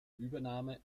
übernahme